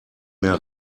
mehr